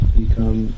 become